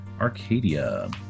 Arcadia